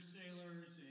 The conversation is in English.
sailors